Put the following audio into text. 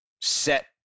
set